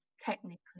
technically